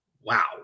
Wow